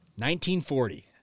1940